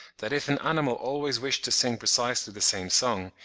that if an animal always wished to sing precisely the same song,